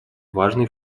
важной